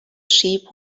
sheep